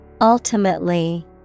Ultimately